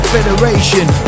Federation